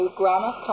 grammar